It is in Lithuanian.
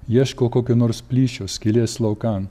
ieško kokio nors plyšio skylės laukan